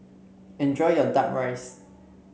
enjoy your duck rice